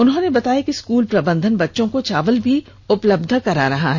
उन्होंने बताया कि स्कूल प्रबंधन बच्चों को चावल भी उपलब्ध करा रहा है